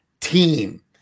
team